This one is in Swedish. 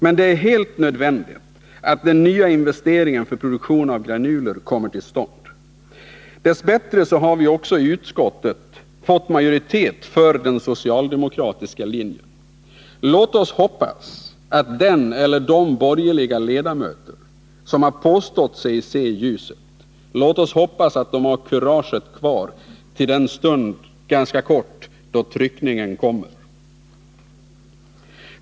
Men det är helt nödvändigt att den nya investeringen för produktion av granuler kommer till stånd. Dess bättre har vi ju i utskottet fått majoritet för den socialdemokratiska linjen. Låt oss hoppas att den eller de borgerliga ledamöter som påstått sig se ljuset har kuraget kvar till den stund då tryckningen kommer.